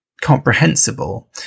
comprehensible